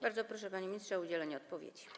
Bardzo proszę, panie ministrze, o udzielenie odpowiedzi.